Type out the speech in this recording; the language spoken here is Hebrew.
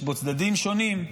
יש בו צדדים שונים.